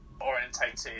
orientated